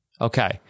Okay